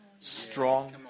strong